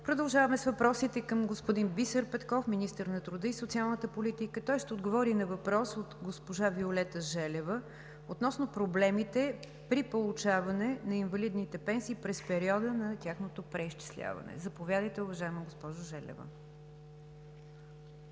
Продължаваме с въпросите към господин Бисер Петков – министър на труда и социалната политика. Той ще отговори на въпрос от госпожа Виолета Желева относно проблемите при получаване на инвалидните пенсии през периода на тяхното преизчисляване. Заповядайте, уважаема госпожо Желева.